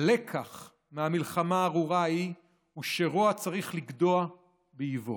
הלקח מהמלחמה הארורה ההיא הוא שרוע צריך לגדוע באיבו,